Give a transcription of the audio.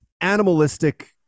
animalistic